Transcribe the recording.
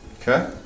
Okay